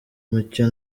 mucyo